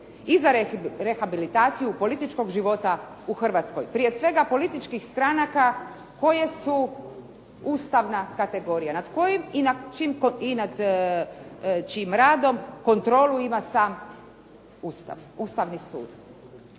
i za rehabilitaciju političkog života u Hrvatskoj, prije svega političkih stranaka koje su ustavna kategorija, nad kojim i nad čijim radom kontrolu ima sam Ustav, Ustavni sud.